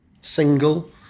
single